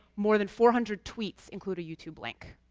more than four hundred tweets include a youtube link.